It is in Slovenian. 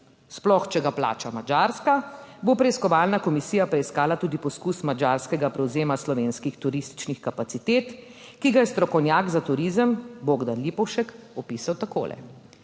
sploh če ga plača Madžarska, bo preiskovalna komisija preiskala tudi poskus madžarskega prevzema slovenskih turističnih kapacitet, ki ga je strokovnjak za turizem Bogdan Lipovšek opisal takole: